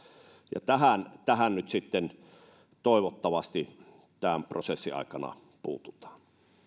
ja tähän tähän nyt sitten toivottavasti tämän prosessin aikana puututaan